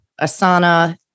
Asana